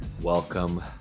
Welcome